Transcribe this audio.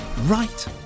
right